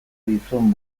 dizun